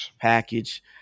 package